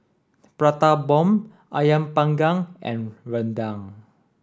Prata Bomb Ayam panggang and Rendang